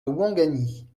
ouangani